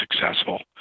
successful